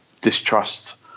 distrust